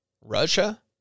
Russia